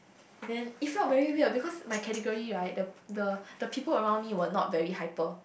and then it felt very weird because my category right the the the people around me were not very hyper